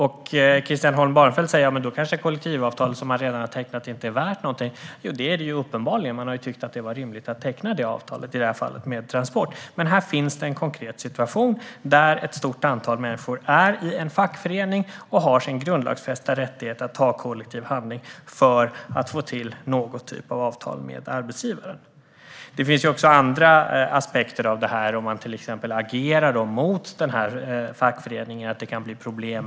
Christian Holm Barenfeld säger att kollektivavtal som man redan har tecknat då kanske inte är värt någonting. Men det är det ju uppenbarligen. Man har tyckt att det var rimligt att teckna det avtalet, i det här fallet med Transport. Här finns en konkret situation där ett stort antal människor är med i en fackförening och har sin grundlagsfästa rättighet att ta till kollektiv handling för att få till någon typ av avtal med arbetsgivaren. Det finns också andra aspekter av detta. Om man till exempel agerar mot fackföreningen kan det bli problem.